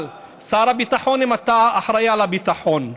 אבל שר הביטחון, אם אתה אחראי לביטחון,